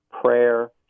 prayer